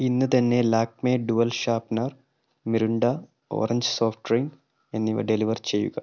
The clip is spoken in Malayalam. ഇന്ന് തന്നെ Lakme dual sharpener Mirinda orange soft drink എന്നിവ ഡെലിവർ ചെയ്യുക